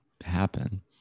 happen